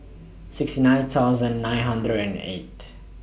sixty nine thousand nine hundred and eight